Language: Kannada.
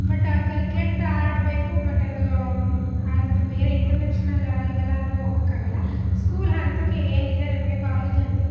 ಬಟ್ ಆ ಕ್ರಿಕೆಟ್ ಆಡಬೇಕು ಬಟ್ ಅದು ಅಂದ್ರೆ ಬೇರೆ ಇಂಟರ್ನ್ಯಾಷನಲ್ ಲೆವೆಲ್ಗೆಲ್ಲ ಅಂದರೆ ಹೋಗೋಕ್ಕಾಗಲ್ಲ ಸ್ಕೂಲ್ ಹಂತಕ್ಕೆ ಏನಿದೆ ನಮಗೆ ಕಾಲೇಜ್